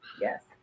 Yes